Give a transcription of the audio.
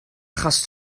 achos